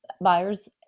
buyers